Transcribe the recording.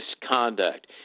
misconduct